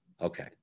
Okay